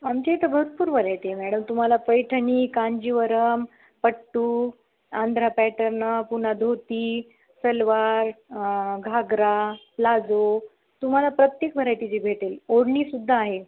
आमच्या इथं भरपूर व्हरायटी आहे मॅडम तुम्हाला पैठणी कांजीवरम पट्टू आंध्रा पॅटर्न पुन्हा धोती सलवार घागरा प्लाजो तुम्हाला प्रत्येक व्हरायटीची भेटेल ओढणीसुद्धा आहे